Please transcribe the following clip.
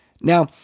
Now